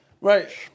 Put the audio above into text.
Right